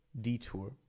detour